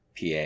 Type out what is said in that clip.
PA